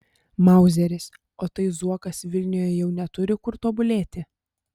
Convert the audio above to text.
mauzeris o tai zuokas vilniuje jau neturi kur tobulėti